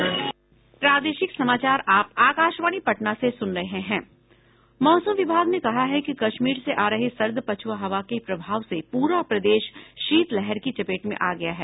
मौसम विभाग ने कहा है कि कश्मीर से आ रही सर्द पछुआ हवा के प्रभाव से पूरा प्रदेश शीतलहर की चपेट में आ गया है